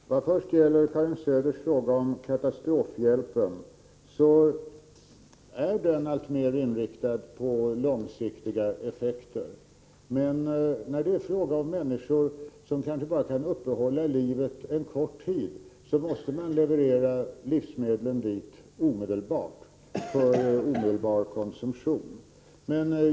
Nr 40 Fru talman! Vad först gäller Karin Söders fråga om katastrofhjälpen så är åå Sar Torsdagen den den alltmer inriktad på långsiktiga effekter. Men när det är fråga om 29 november 1984 människor som bara kan uppehålla livet en kort tid måste livsmedel levereras till området omedelbart för omedelbar konsumtion.